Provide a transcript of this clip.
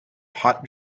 hot